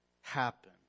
happen